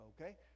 okay